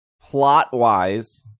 plot-wise